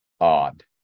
odd